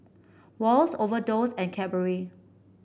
Wall's Overdose and Cadbury